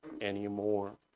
anymore